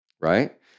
right